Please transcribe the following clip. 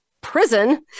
Prison